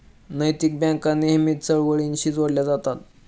नैतिक बँका नेहमीच चळवळींशीही जोडल्या जातात